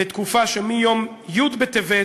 לתקופה שמיום י' בטבת,